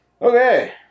Okay